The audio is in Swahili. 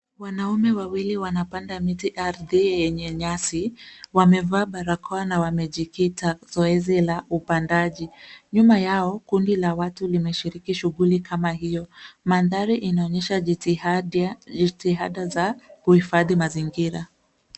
Wanaume wawili wanapanda miti ardhi yenye nyasi. wamevaa barakoa na wamejikita zoezi la upandaji. Nyuma yao kundi la watu limeshiriki shuguli kama hio. Mandhari inaonyesha jitihada za kuhifadhi mazingira.